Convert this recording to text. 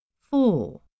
four